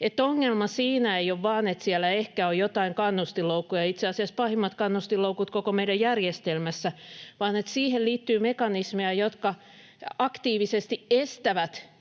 että ongelma siinä ei ole vain se, että siellä ehkä on joitain kannustinloukkuja — itse asiassa pahimmat kannustinloukut koko meidän järjestelmässämme — vaan se, että siihen liittyy mekanismeja, jotka aktiivisesti estävät